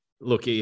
Look